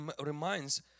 reminds